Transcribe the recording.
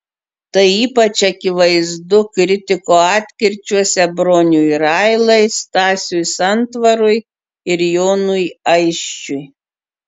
tai ypač akivaizdu kritiko atkirčiuose broniui railai stasiui santvarui ir jonui aisčiui